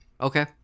Okay